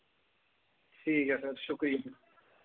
ठीक ऐ सर शुक्रिया